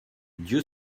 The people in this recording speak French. dieu